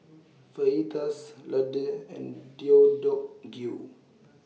Fajitas Ladoo and Deodeok Gui